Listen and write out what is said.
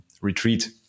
retreat